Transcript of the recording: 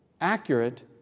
accurate